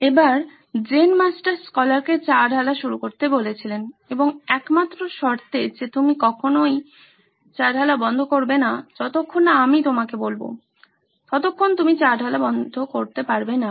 এবার Zen master স্কলারকে চা ঢালা শুরু করতে বলেছিলেন এবং একমাত্র শর্তে যে তুমি তখনই চা ঢালা বন্ধ করবে যখন আমি বলবো ততক্ষণ পর্যন্ত ঢালা বন্ধ করবে না